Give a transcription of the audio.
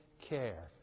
care